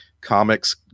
comics